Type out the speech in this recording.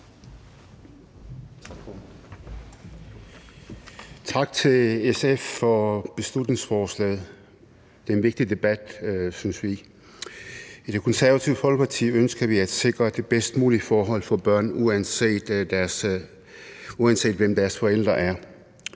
Tak til SF for beslutningsforslaget. Det er en vigtig debat, synes vi. I Det Konservative Folkeparti ønsker vi at sikre de bedst mulige forhold for børn, uanset hvem deres forældre er.